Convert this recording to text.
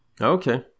Okay